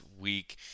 week